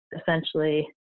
essentially